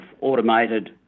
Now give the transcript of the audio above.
automated